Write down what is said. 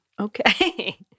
Okay